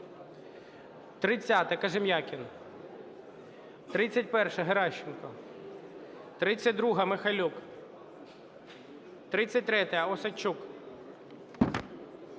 30-а, Кожем'якін. 31-а, Геращенко. 32-а, Михайлюк. 33-я, Осадчук.